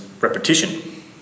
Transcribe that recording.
repetition